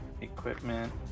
equipment